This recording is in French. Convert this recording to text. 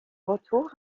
retour